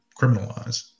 criminalize